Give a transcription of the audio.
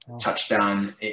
touchdown